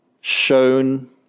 shown